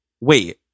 wait